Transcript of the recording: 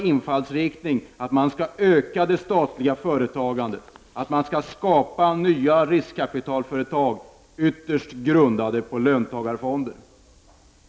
Infallsriktningen är helt klart att man skall öka det statliga företagandet och att det skall skapas nya riskkapitalföretag, som ytterst grundas på löntagarfonder.